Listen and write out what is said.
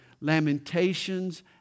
Lamentations